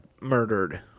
murdered